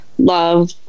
love